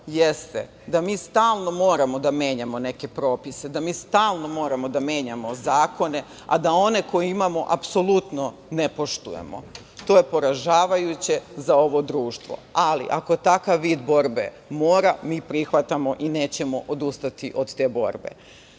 jeste da mi stalno moramo da menjamo neke propise, da mi stalno moramo da menjamo zakone, a da one koje imamo apsolutno ne poštujemo. To je poražavajuće za ovo društvo. Ali, ako takav vid borbe mora, mi prihvatamo i nećemo odustati od te borbe. Svesni